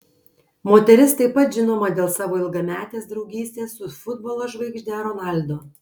moteris taip pat žinoma dėl savo ilgametės draugystės su futbolo žvaigžde ronaldo